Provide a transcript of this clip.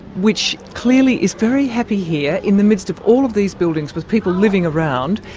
which clearly is very happy here in the midst of all of these buildings, with people living around.